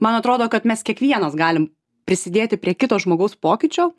man atrodo kad mes kiekvienas galim prisidėti prie kito žmogaus pokyčio